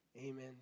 Amen